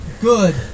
good